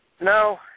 no